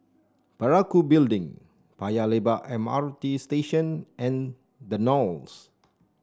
Parakou Building Paya Lebar M R T Station and The Knolls